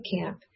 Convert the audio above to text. camp